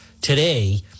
today